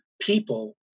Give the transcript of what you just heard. people